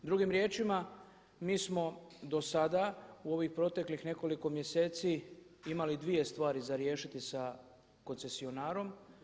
Drugim riječima, mi smo do sada u ovih proteklih nekoliko mjeseci imali dvije stvari za riješiti sa koncesionarom.